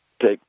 take